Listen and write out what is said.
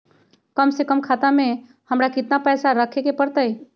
कम से कम खाता में हमरा कितना पैसा रखे के परतई?